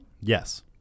Yes